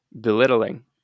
belittling